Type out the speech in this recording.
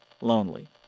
lonely